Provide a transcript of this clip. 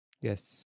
Yes